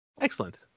Excellent